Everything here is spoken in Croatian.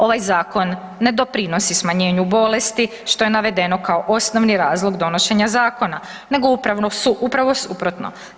Ovaj zakon ne doprinosi smanjenju bolesti što je navedeno kao osnovni razlog donošenja zakona, nego upravo suprotno.